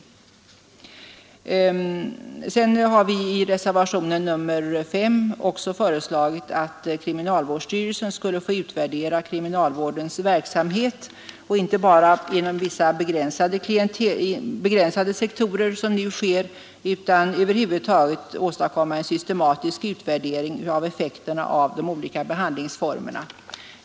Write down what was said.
Anslag till kriminal I reservationen 5 har vi föreslagit att kriminalvårdsstyrelsen skall få vården, m.m. utvärdera kriminalvårdens verksamhet, och inte bara inom vissa begränsade sektorer som nu sker, utan över huvud taget åstadkomma en systematisk utvärdering av effekterna av de olika behandlingsformerna.